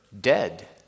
dead